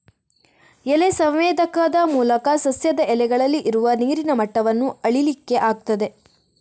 ಎಲೆ ಸಂವೇದಕದ ಮೂಲಕ ಸಸ್ಯದ ಎಲೆಗಳಲ್ಲಿ ಇರುವ ನೀರಿನ ಮಟ್ಟವನ್ನ ಅಳೀಲಿಕ್ಕೆ ಆಗ್ತದೆ